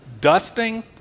Dusting